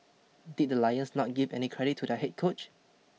did the Lions not give any credit to their head coach